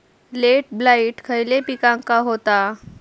Late blight खयले पिकांका होता?